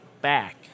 back